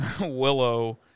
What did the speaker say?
Willow